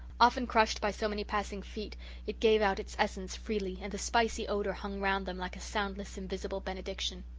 often crushed by so many passing feet it gave out its essence freely, and the spicy odour hung round them like a soundless, invisible benediction.